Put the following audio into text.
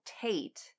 Tate